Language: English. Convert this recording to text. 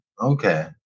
Okay